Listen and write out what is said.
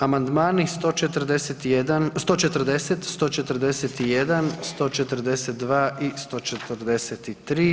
Amandmani 141., 140., 141., 142. i 143.